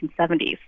1970s